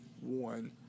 one